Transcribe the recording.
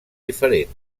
diferent